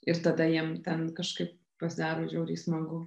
ir tada jiem ten kažkaip pasidaro žiauriai smagu